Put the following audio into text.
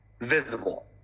visible